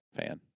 fan